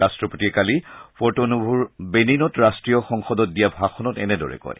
ৰাট্টপতিয়ে কালি পৰ্টনভৰ বেনিনত ৰাষ্টীয় সংসদত দিয়া ভাষণত এনেদৰে কয়